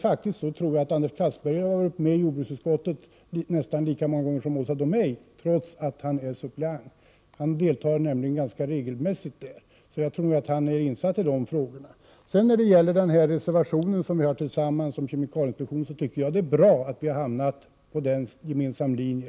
Jag tror att Anders Castberger har varit med i jordbruksutskottet nästan lika många gånger som Åsa Domeij, trots att han är suppleant. Han deltar nämligen ganska regelmässigt där, så han är nog insatt i frågorna. När det gäller reservationen om kemikalieinspektionen, som är gemensam för folkpartiet och miljöpartiet, är det bra att vi har hamnat på samma linje.